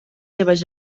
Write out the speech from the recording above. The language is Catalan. seves